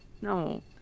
No